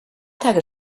tage